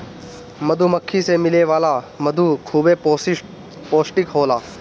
मधुमक्खी से मिले वाला मधु खूबे पौष्टिक होला